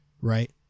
right